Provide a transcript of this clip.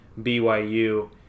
BYU